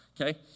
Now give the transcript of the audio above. okay